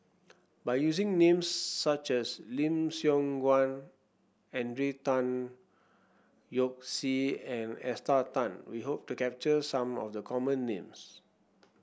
by using names such as Lim Siong Guan Henry Tan Yoke See and Esther Tan we hope to capture some of the common names